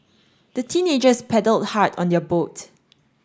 the teenagers paddled hard on their boat